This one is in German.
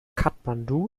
kathmandu